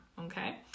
Okay